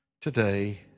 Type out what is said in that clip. today